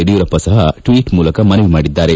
Yediyurappa tweet ಮೂಲಕ ಮನವಿ ಮಾಡಿದ್ದಾರೆ